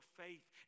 faith